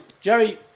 Jerry